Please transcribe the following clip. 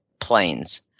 planes